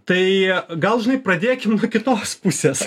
tai gal žinai pradėkim nuo kitos pusės